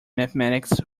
mathematics